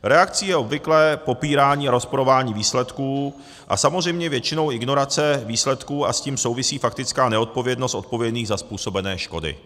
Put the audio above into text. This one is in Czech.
Reakcí je obvykle popírání a rozporování výsledků a samozřejmě většinou ignorace výsledků, a s tím souvisí faktická neodpovědnost odpovědných za způsobené škody.